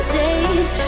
days